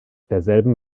derselben